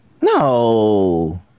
No